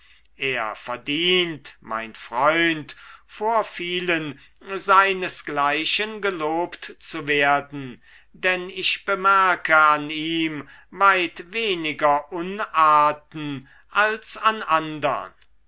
er verdient mein freund vor vielen seinesgleichen gelobt zu werden denn ich bemerke an ihm weit weniger unarten als an andern